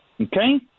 Okay